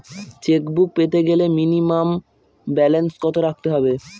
Chequebook পেতে গেলে minimum balance কত রাখতে হবে?